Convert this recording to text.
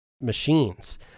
machines